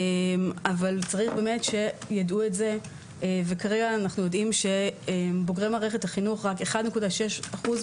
אבל צריך שיידעו את זה וכרגע אנחנו יודעים שרק 1.6%